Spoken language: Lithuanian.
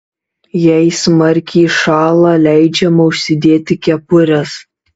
jei smarkiai šąla leidžiama užsidėti kepures